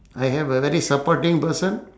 I have a very supporting person